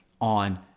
on